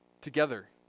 together